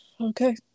Okay